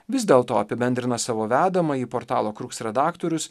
vis dėl to apibendrina savo vedamąjį portalo kruks redaktorius